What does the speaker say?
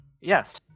Yes